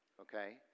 Okay